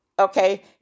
Okay